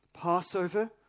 Passover